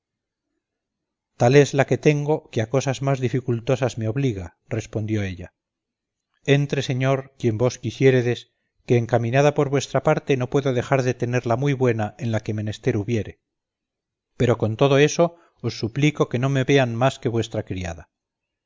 tal es la que tengo que a cosas más dificultosas me obliga res pondió ella entre señor quien vos quisiéredes que encaminada por vuestra parte no puedo dejar de tenerla muy buena en la que menester hubiere pero con todo eso os suplico que no me vean más que vuestra criada